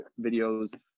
videos